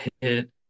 hit